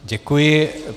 Děkuji.